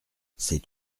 c’est